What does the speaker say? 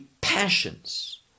passions